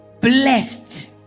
blessed